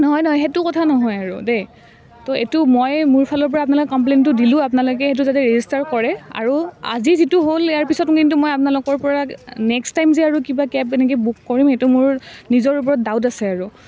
নহয় নহয় সেইটো কথা নহয় আৰু দেই তো এইটো মই মোৰ ফালৰপৰা আপোনালোকক কমপ্লেইনটো দিলোঁ আপোনালোকে সেইটো যাতে ৰেজিষ্টাৰ কৰে আৰু আজি যিটো হ'ল ইয়াৰ পিছত কিন্তু মই আপোনালোকৰ পৰা নেক্সট টাইম যে আৰু কিবা কেব এনেক বুক কৰিম এইটো মোৰ নিজৰ ওপৰত ডাউট আছে আৰু